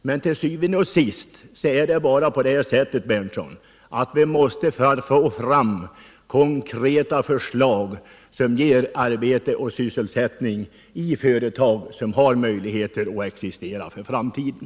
Men til syvende og sidst måste vi, herr Berndtson, få fram konkreta förslag, som ger arbete och sysselsättning i företag som har möjligheter att existera i framtiden.